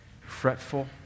fretful